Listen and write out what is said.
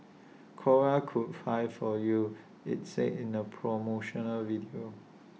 cora could fly for you IT said in A promotional video